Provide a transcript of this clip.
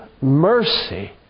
mercy